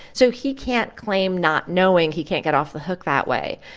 so he can't claim not knowing he can't get off the hook that way.